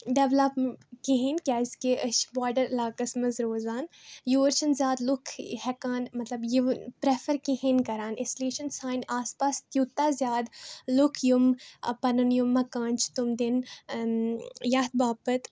develop کِہیٖنٛۍ کیٛازِکہِ أسۍ چھِ باڈَر علاقَس منٛز روزان یور چھِنہٕ زیادٕ لوٗکھ ہٮ۪کان مطلب یِوان پرٛیفَر کِہیٖنٛۍ کَران اِسلیے چھِنہٕ سانہِ آس پاس تیٛوٗتاہ زیادٕ لوٗکھ یِم پَنُن یِم مکان چھِ تِم دِنۍ یَتھ باپَتھ